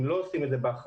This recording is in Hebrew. אם לא עושים את זה באחריות,